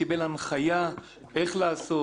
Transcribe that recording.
זה בעיקר, אני חושב.